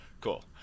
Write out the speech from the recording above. Cool